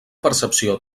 percepció